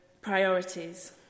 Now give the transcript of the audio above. priorities